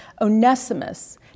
Onesimus